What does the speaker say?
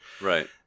Right